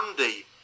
Andy